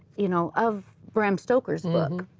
you know of gram stoker's book.